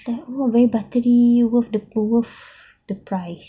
that one very buttery worth the worth the price